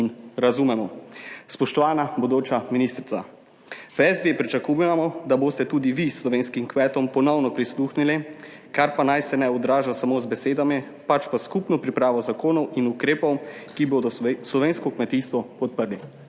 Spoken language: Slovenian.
razumemo. Spoštovana bodoča ministrica! V SD pričakujemo, da boste tudi vi slovenskim kmetom ponovno prisluhnili, kar pa naj se ne odraža samo z besedami, pač pa s skupno pripravo zakonov in ukrepov, ki bodo slovensko kmetijstvo podprli.